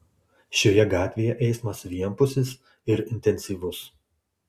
šioje gatvėje eismas vienpusis ir intensyvus